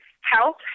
help